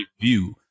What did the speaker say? view